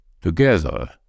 together